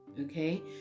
Okay